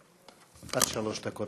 עד שלוש דקות